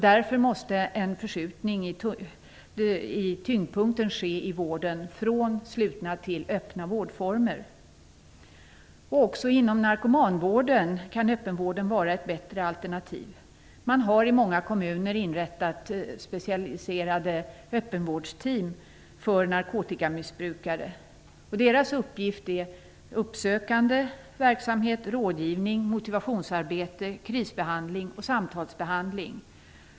Därför måste en förskjutning av tyngdpunkten i vården ske, från slutna till öppna vårdformer. Också inom narkomanvården kan öppenvården vara ett bättre alternativ. I många kommuner har specialiserade öppenvårdsteam inrättats för narkotikamissbrukare. Teamens uppgift är uppsökande verksamhet, rådgivning, motivationsarbete, krisbehandling och samtalsbehandling.